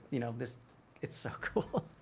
you know this it's so cool.